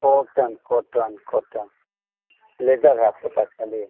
cotton cotton cotton leather है आपके पास ख़ाली